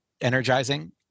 energizing